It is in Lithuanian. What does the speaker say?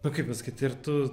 nu kaip pasakyt ir tu